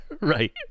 Right